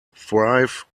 thrive